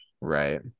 Right